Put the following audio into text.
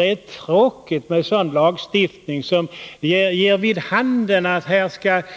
Det är tråkigt med en lagstiftning som ger vid handen att